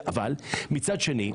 אבל מצד שני,